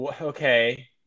okay